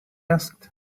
asked